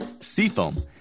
Seafoam